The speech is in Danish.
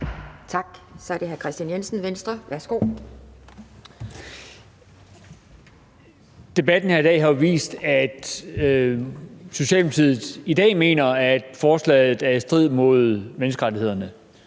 Kl. 12:42 Kristian Jensen (V): Debatten her i dag har jo vist, at Socialdemokratiet i dag mener, at forslaget er i strid med menneskerettighederne.